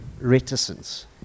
reticence